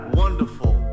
wonderful